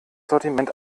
sortiment